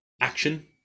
action